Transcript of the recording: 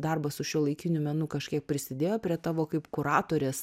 darbas su šiuolaikiniu menu kažkiek prisidėjo prie tavo kaip kuratorės